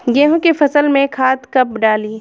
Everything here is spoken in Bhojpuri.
गेहूं के फसल में खाद कब डाली?